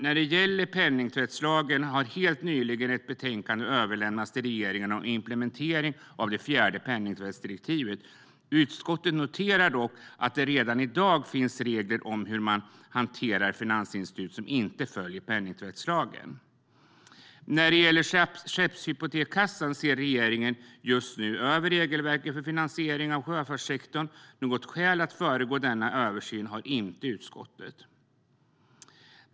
När det gäller penningtvättslagen har helt nyligen ett betänkande överlämnats till regeringen om implementering av det fjärde penningtvättsdirektivet. Utskottet noterar dock att det redan i dag finns regler om hur man hanterar finansinstitut som inte följer penningtvättslagen. När det gäller Skeppshypotekskassan ser regeringen just nu över regelverket för finansiering av sjöfartssektorn. Något skäl att föregripa denna översyn har inte utskottet ansett finnas.